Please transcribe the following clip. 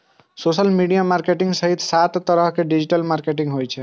social media marketing सहित सात तरहक डिजिटल मार्केटिंग होइ छै